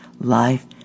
Life